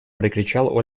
прокричал